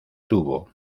tubo